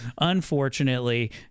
unfortunately